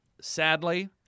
sadly